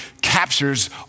captures